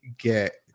get